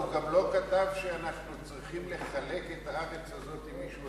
הוא גם לא כתב שאנחנו צריכים לחלק את הארץ הזאת עם מישהו אחר.